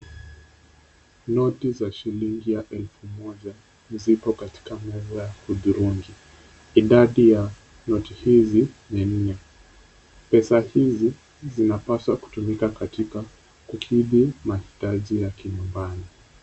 Noti za shilingi elfu moja ziko katika meza ya hudhurungi. Idadi ya noti hizi ni nne. Pesa hizi zinapaswa kutumika katika kukidhi mahitaji ya kinyumbani.